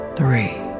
three